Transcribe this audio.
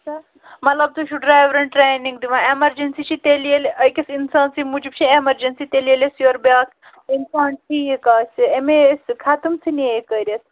مطلب تُہۍ چھُو ڈرایورَن ٹرٛینِنٛگ دِوان ایمَرجَنسی چھِ تیٚلہِ ییٚلہِ أکِس اِنسان سٕنٛدۍ موٗجوٗب چھِ ایمَرجَنسی تیٚلہِ ییٚلہِ اَسہِ یورٕ بیاکھ اِنسان ٹھیٖک آسہِ ایٚمے ٲسۍ سُہ ختٕم ژٕ ھنیے کٔرِتھ